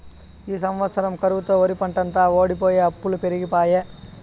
ఈ సంవత్సరం కరువుతో ఒరిపంటంతా వోడిపోయె అప్పులు పెరిగిపాయె